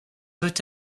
peut